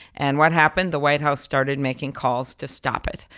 and what happened? the white house started making calls to stop it.